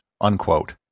unquote